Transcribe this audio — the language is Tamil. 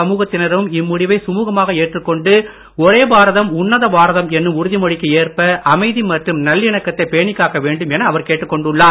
அனைத்து மதத்தினர் மற்றும் சமுகத்தினரும் இம்முடிவை சுழுகமாக ஏற்றுக்கொண்டு ஓரே பாரதம் உன்னத பாரதம் என்னும் உறுதிமொழிக்கு ஏற்ப அமைதி மற்றும் நல்லிணக்கத்தை பேணிக்காக்க வேண்டும் என அவர் கேட்டுக்கொண்டுள்ளார்